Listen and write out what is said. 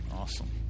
awesome